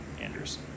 Andrews